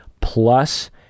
plus